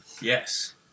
Yes